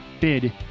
bid